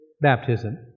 baptism